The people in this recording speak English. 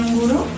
guru